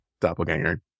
doppelganger